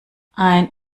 ein